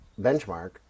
benchmark